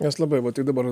nes labai va tai dabar